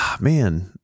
man